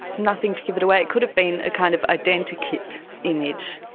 nothing to give it away. it could have been a kind of identikit image,